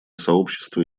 сообщества